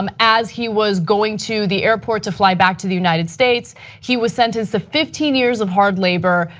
um as he was going to the airport to fly back to the united states he was sentenced to fifteen years of hard labor.